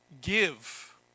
give